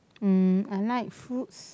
um I like fruits